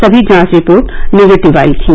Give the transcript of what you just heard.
सभी जांच report negative आई थीं